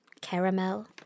Caramel